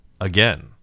again